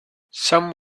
some